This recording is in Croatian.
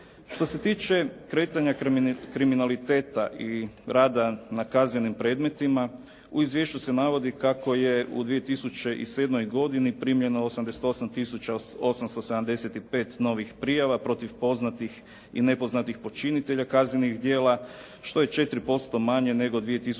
Što se tiče kretanja kriminaliteta i rada na kaznenim predmetima u izvješću se navodi kako je u 2007. godini primljeno 88 tisuća 875 novih prijava protiv poznatih i nepoznatih počinitelja kaznenih djela, što je 4% manje nego 2006.